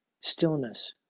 stillness